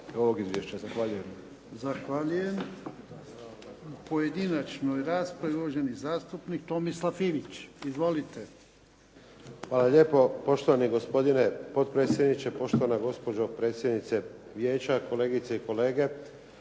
Hvala lijepo. Poštovani gospodine potpredsjedniče, poštovana gospođo predsjedniče Vijeća, kolegice i kolege.